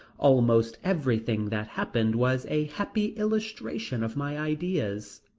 almost everything that happened was a happy illustration of my ideas.